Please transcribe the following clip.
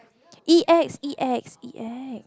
E_X E_X E_X